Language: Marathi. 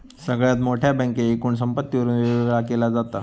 सगळ्यात मोठ्या बँकेक एकूण संपत्तीवरून वेगवेगळा केला जाता